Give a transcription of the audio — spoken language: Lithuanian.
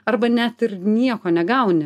arba net ir nieko negauni